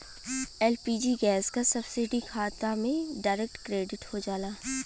LPG gas क subsidy खाता में डायरेक्ट क्रेडिट हो जाला